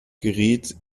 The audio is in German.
geriet